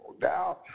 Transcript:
Now